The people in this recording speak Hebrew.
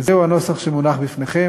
זהו הנוסח שמונח בפניכם.